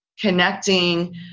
Connecting